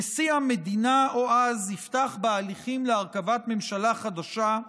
נשיא המדינה יפתח או אז בהליכים להרכבת ממשלה חדשה,